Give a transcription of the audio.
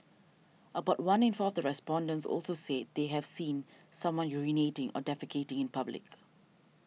about one in four of the respondents also said they have seen someone urinating or defecating in public